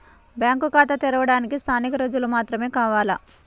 Bank ఖాతా తెరవడానికి స్థానిక రుజువులు మాత్రమే కావాలా?